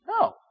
No